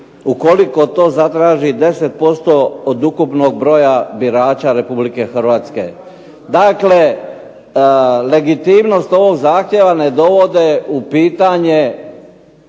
ukoliko to zatraži 10% od ukupnog broja birača Republike Hrvatske. Dakle, legitimnost ovog zahtjeva ne dovodi u pitanje